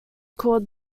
called